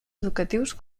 educatius